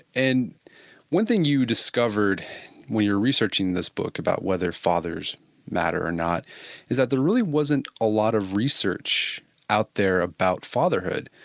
and one thing you discovered when you were researching this book about whether fathers matter or not is that there really wasn't a lot of research out there about fatherhood.